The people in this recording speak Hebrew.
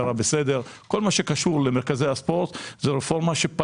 קרה בסדר כל מה שקשור למרכזי הספורט,